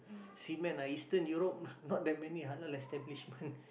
seamen ah eastern Europe not that many halal establishment